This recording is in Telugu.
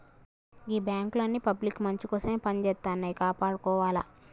గీ బాంకులన్నీ పబ్లిక్ మంచికోసమే పనిజేత్తన్నయ్, కాపాడుకోవాల